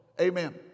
Amen